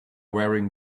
wearing